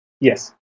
Yes